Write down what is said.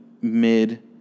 mid